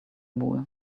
wool